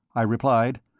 i replied.